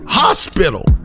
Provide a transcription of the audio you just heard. hospital